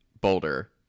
Boulder